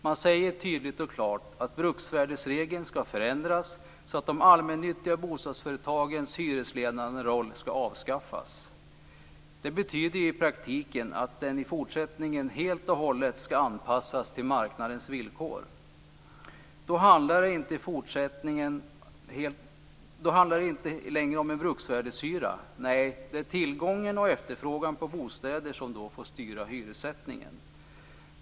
Man säger tydligt och klart att bruksvärdesregeln skall förändras så att de allmännyttiga bostadsföretagens hyresledande roll avskaffas. Det betyder i praktiken att den i fortsättningen helt och hållet skall anpassas till marknadens villkor. Då handlar det inte längre om en bruksvärdeshyra. Nej, det är tillgången och efterfrågan på bostäder som då får styra hyressättningen.